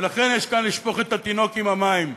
ולכן יש כאן לשפוך את התינוק עם המים.